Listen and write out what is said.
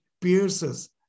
pierces